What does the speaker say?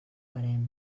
barem